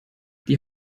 die